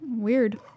Weird